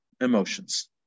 Emotions